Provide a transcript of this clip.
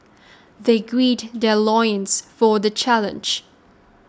they grilled their loins for the challenge